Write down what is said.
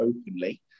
openly